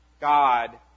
God